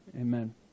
amen